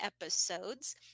episodes